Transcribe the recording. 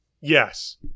Yes